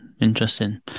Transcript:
interesting